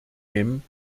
nehmen